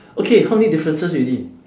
okay how many differences already